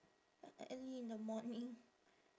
early in the morning